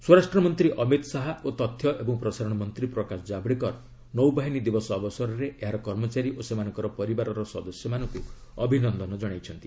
ସ୍ୱରାଷ୍ଟ୍ର ମନ୍ତ୍ରୀ ଅମିତ ଶାହା ଓ ତଥ୍ୟ ଏବଂ ପ୍ରସାରଣ ମନ୍ତ୍ରୀ ପ୍ରକାଶ ଜାବ୍ଡେକର ନୌବାହିନୀ ଦିବସ ଅବସରରେ ଏହାର କର୍ମଚାରୀ ଓ ସେମାନଙ୍କର ପରିବାର ସଦସ୍ୟମାନଙ୍କୁ ଅଭିନନ୍ଦନ ଜଣାଇଛନ୍ତି